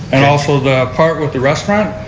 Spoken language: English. and also the part with the restaurant,